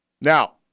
Now